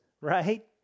Right